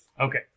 Okay